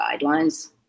guidelines